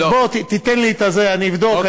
אבל בוא תיתן לי את זה, אני אבדוק.